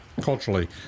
culturally